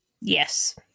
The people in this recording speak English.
Yes